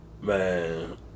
Man